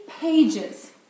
pages